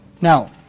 Now